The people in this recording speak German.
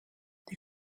die